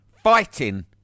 Fighting